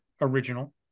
original